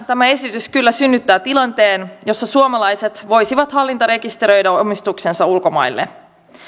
tämä esitys kyllä synnyttää tilanteen jossa suomalaiset voisivat hallintarekisteröidä omistuksensa ulkomaille